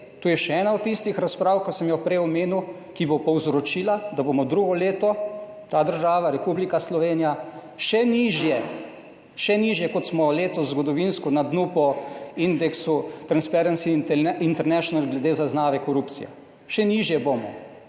to je še ena od tistih razprav, ki sem jo prej omenil, ki bo povzročila, da bomo drugo leto, ta država, Republika Slovenija, še nižje, še nižje kot smo letos zgodovinsko na dnu po indeksu Transparency International glede zaznave korupcije. Še nižje bomo,